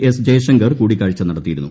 S Jaishankar കൂടിക്കാഴ്ച നടത്തിയിരുന്നു